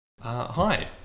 Hi